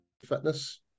Fitness